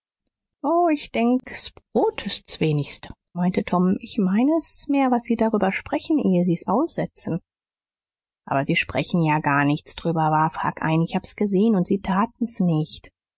o ich denke s brot ist's wenigste meinte tom ich meine s ist mehr was sie drüber sprechen ehe sie's aussetzen aber sie sprechen ja gar nichts drüber warf huck ein ich hab's gesehen und sie taten's nicht